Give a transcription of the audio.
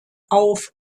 auf